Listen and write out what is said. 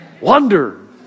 Wonder